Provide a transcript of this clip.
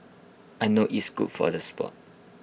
I know it's good for the Sport